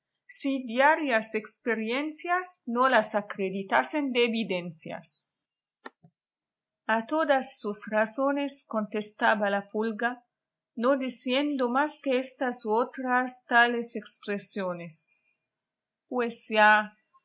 si diarias experiencias no las acreditasen de evidencias a todas sus razones contestaba la pulga no diciendo más que estas u otras tales expresiones pues ya